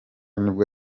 nibwo